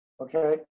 Okay